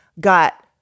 got